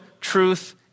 truth